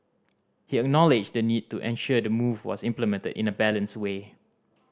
he acknowledged the need to ensure the move was implemented in a balanced way